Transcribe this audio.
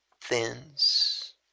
thins